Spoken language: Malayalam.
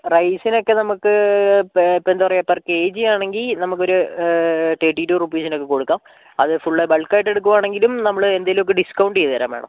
റൈസിനൊക്കെ നമുക്ക് ഇപ്പോൾ എന്താണ് പറയുക പെർ കെ ജി ആണെങ്കിൽ നമുക്കൊരു തേർട്ടി ടു റുപ്പീസിനൊക്കെ കൊടുക്കാം അതു ഫുൾ ബൾക്ക് ആയിട്ടെടുക്കുവാണെങ്കിലും നമ്മൾ എന്തെങ്കിലുമൊക്കെ ഡിസ്കൗണ്ട് ചെയ്തുതരാം മേഡം